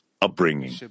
upbringing